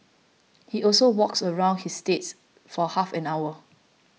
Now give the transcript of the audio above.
he also walks around his estate for half an hour